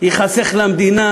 ייחסכו למדינה